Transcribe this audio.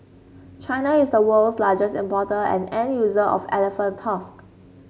China is the world's largest importer and end user of elephant tusks